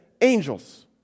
angels